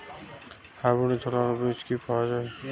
Hybrid ছোলার বীজ কি পাওয়া য়ায়?